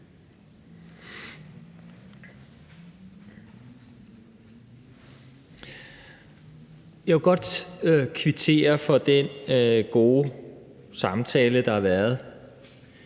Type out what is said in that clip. Jeg vil godt kvittere for den gode samtale, der har været